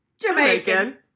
Jamaican